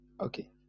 Okay